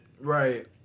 Right